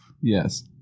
Yes